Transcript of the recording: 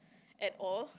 at all